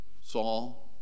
Saul